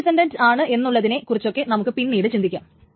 ഏത് ഡിസന്റന്റ് ആണ് എന്നുളളതിനെ കുറിച്ചൊക്കെ നമുക്ക് പിന്നീട് ചിന്തിക്കാം